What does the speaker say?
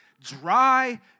dry